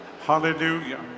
Hallelujah